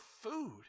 food